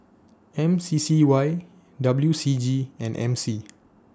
M C C Y W C G and M C